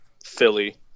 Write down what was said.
Philly